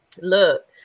look